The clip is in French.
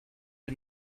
est